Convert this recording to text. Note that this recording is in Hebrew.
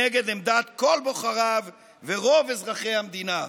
נגד עמדת כל בוחריו ורוב אזרחי המדינה.